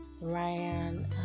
Ryan